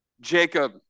Jacob